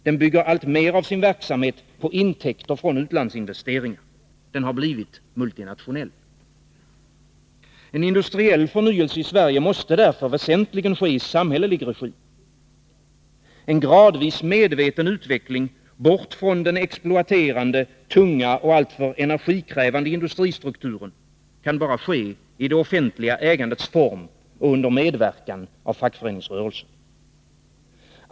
Den bygger alltmer av sin verksamhet på intäkter från utlandsinvesteringar. Den har blivit multinationell. En industriell förnyelse i Sverige måste därför väsentligen ske i samhällelig regi. En gradvis, medveten utveckling bort från den exploaterande, tunga och alltför energikrävande industristrukturen kan ske bara i det offentliga ägandets form och under medverkan av fackföreningsrörelsen.